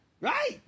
Right